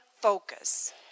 focus